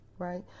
right